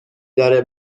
داره